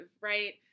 right